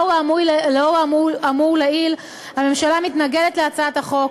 לאור האמור לעיל, הממשלה מתנגדת להצעת החוק,